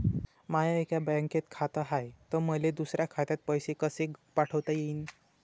माय एका बँकेत खात हाय, त मले दुसऱ्या खात्यात पैसे कसे पाठवता येईन?